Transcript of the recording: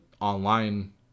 online